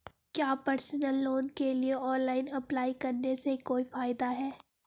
क्या personal loan के लिए ऑनलाइन अप्लाई करने से कोई फायदा है?